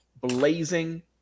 blazing